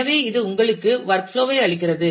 எனவே இது உங்களுக்கு வொர்க் புளோஐ அளிக்கிறது